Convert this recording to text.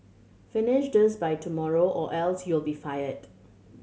finish this by tomorrow or else you'll be fired